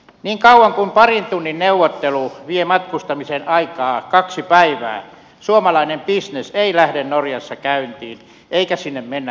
niin kauan kuin parin tunnin neuvotteluun matkustaminen vie aikaa kaksi päivää suomalainen bisnes ei lähde norjassa käyntiin eikä sinne mennä töihin